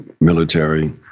military